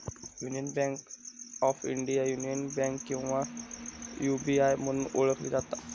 union bank of India, union bank किंवा UBI म्हणून ओळखली जाता